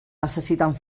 necessiten